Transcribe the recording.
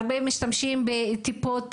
הרבה משתמשים בטיפות